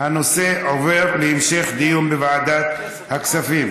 הנושא לוועדת הכספים